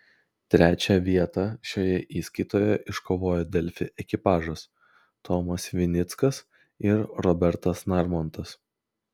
trečią vietą šioje įskaitoje iškovojo delfi ekipažas tomas vinickas ir robertas narmontas